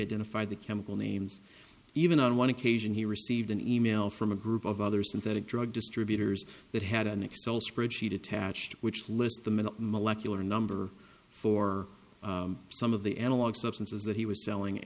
identified the chemical names even on one occasion he received an e mail from a group of other synthetic drug distributors that had an excel spreadsheet attached which lists them in a molecular number for some of the analog substances that he was selling